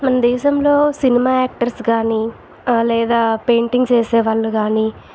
మన దేశంలో cinema actors కానీ లేదా పెయింటింగ్స్ వేసేవాళ్ళు కానీ